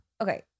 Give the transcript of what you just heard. Okay